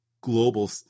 global